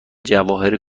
جواهر